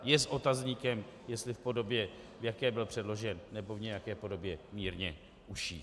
Je s otazníkem, jestli v podobě, v jaké byl předložen, nebo v nějaké podobě mírně užší.